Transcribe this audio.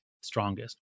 strongest